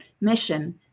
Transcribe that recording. mission